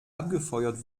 abgefeuert